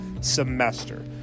semester